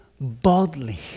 boldly